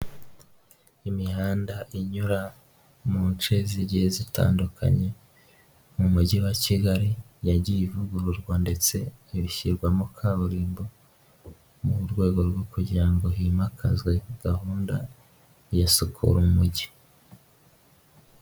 Imihanda inyura mu nshe zigiye zitandukanye mu mujyi wa kigali, yagiye ivugururwa ndetse ishyirwamo kaburimbo, mu rwego rwo kugira ngo himakazwe gahunda ya sukura mujyi.